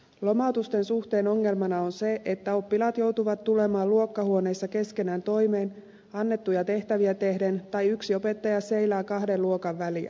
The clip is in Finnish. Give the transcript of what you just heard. lomautusten suhteen ongelmana on se että oppilaat joutuvat tulemaan luokkahuoneissa keskenään toimeen annettuja tehtäviä tehden tai yksi opettaja seilaa kahden luokan väliä